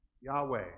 Yahweh